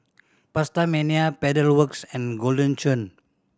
PastaMania Pedal Works and Golden Churn